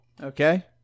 Okay